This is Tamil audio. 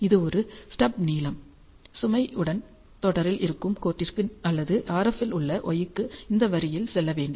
இது ஒரு ஸ்டப் நீளம் சுமை உடன் தொடரில் இருக்கும் கோட்டிற்கு அல்லது RF இல் உள்ள y க்கு இந்த வரியில் செல்ல வேண்டும்